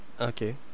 Okay